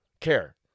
care